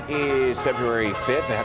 is february fifth.